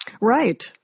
Right